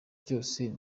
byose